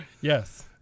Yes